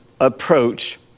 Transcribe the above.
approach